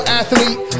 athlete